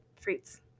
fruits